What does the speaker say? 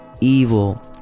evil